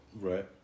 Right